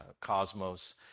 cosmos